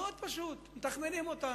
מתכמנים אותנו.